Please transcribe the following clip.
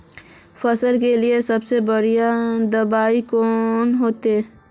फसल के लिए सबसे बढ़िया दबाइ कौन होते?